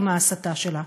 עם ההסתה שלה.